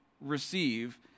receive